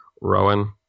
Rowan